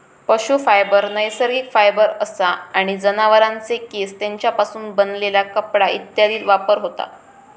पशू फायबर नैसर्गिक फायबर असा आणि जनावरांचे केस, तेंच्यापासून बनलेला कपडा इत्यादीत वापर होता